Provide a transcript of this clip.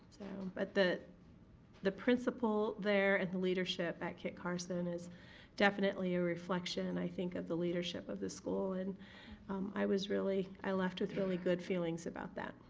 but the the principal there and the leadership at kit carson is definitely a reflection, and i think, of the leadership of the school and i was really, i left with really good feelings about that.